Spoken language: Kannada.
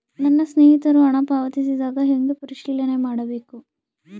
ನನ್ನ ಸ್ನೇಹಿತರು ಹಣ ಪಾವತಿಸಿದಾಗ ಹೆಂಗ ಪರಿಶೇಲನೆ ಮಾಡಬೇಕು?